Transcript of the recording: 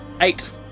Eight